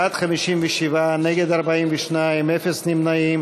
בעד, 57, נגד, 42, אפס נמנעים.